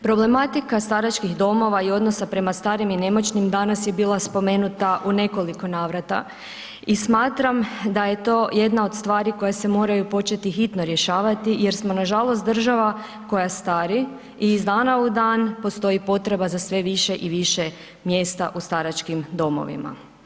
Problematika staračkih domova i odnosa prema starim i nemoćnim danas je bila spomenuta u nekoliko navrata i smatram da je to jedna od stvari koje se moraju početi hitno rješavati jer smo nažalost država koja stari i iz dana u dan postoji potreba za sve više i više mjesta u staračkim domovima.